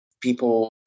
People